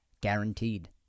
Guaranteed